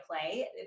play